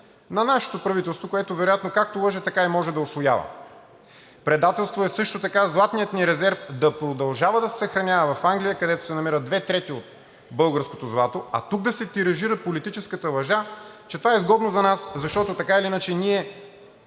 на нашето правителство, което вероятно, както лъже, така и може да усвоява. Предателство е също така златният ни резерв да продължава да се съхранява в Англия, където се намират две трети от българското злато, а тук да се тиражира политическата лъжа, че това е изгодно за нас, защото така или иначе ние